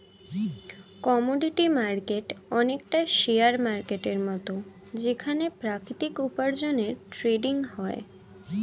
commodity market অনেকটা share মার্কেটের মত যেখানে প্রাকৃতিক উপার্জনের ট্রেডিং হয়